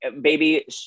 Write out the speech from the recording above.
baby